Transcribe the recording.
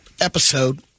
episode